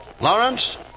Lawrence